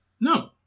No